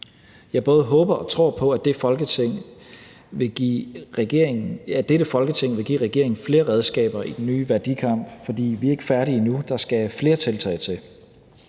Jeg både håber og tror på, at dette Folketing vil give regeringen flere redskaber i den nye værdikamp, for vi er ikke færdige endnu; der skal flere tiltag til.